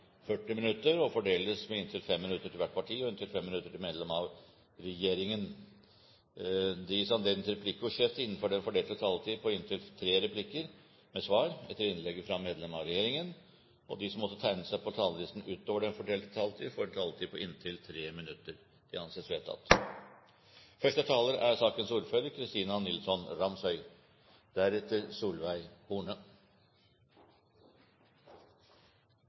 40 minutter og fordeles med inntil 5 minutter til hvert parti og inntil 5 minutter til medlem av regjeringen. Videre vil presidenten foreslå at det gis anledning til replikkordskifte på inntil tre replikker med svar etter innlegg fra medlem av regjeringen innenfor den fordelte taletid. Videre blir det foreslått at de som måtte tegne seg på talerlisten utover den fordelte taletid, får en taletid på inntil 3 minutter. – Det anses vedtatt.